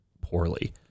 poorly